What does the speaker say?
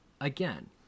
again